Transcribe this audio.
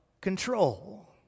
control